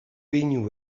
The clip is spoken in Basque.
pinu